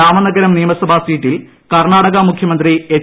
രാമനഗരം നിയമസഭ സീറ്റിൽ കർണാടക മുഖ്യമന്ത്രി എച്ച്